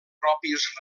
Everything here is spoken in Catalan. pròpies